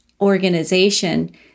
organization